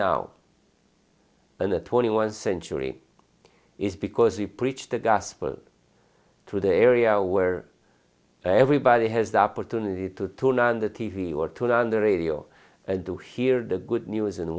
the twenty one century is because we preach the gospel to the area where everybody has the opportunity to turn on the t v or to run the radio and to hear the good news and